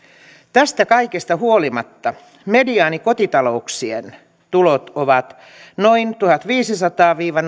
tästä kaikesta huolimatta mediaanikotitalouksien tulot ovat noin tuhatviisisataa viiva